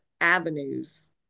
avenues